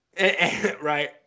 right